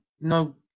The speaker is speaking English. no